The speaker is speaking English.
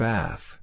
Bath